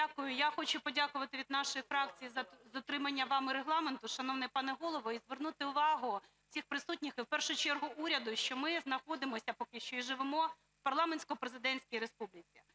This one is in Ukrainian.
Я хочу подякувати від нашої фракції за дотримання вами Регламенту, шановний пане Голово, і звернути увагу всіх присутніх, і в першу чергу уряду, що ми знаходимося поки що і живемо в парламентсько-президентській республіці.